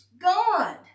God